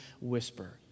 whisper